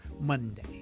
Monday